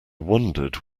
wondered